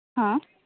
ହଁ